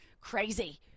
crazy